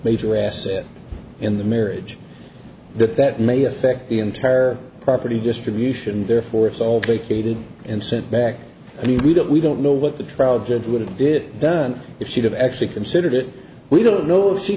major asset in the marriage that that may affect the entire property distribution and therefore it's ok katie and sent back i mean we don't we don't know what the trial judge would have did done if she'd have actually considered it we don't know if she